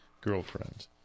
girlfriend